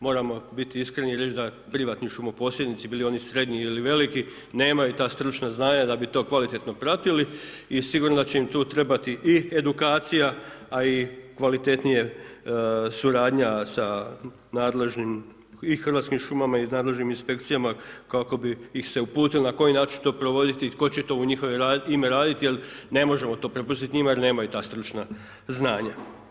Moramo biti iskreni da privatni šumoposjednici bili oni srednji ili veliki nemaju ta stručna znanja da bi to kvalitetno pratili i sigurno da će im tu trebati i edukacija, a i kvalitetnija suradnja sa nadležnim i Hrvatskim šumama i nadležnim inspekcijama kako bi ih se uputilo i na koji način to provoditi i tko će to u njihovo ime raditi jel ne možemo to prepustiti njima jer nemaju ta stručna znanja.